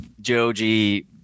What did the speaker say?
Joji